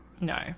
No